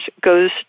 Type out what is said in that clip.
goes